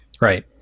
Right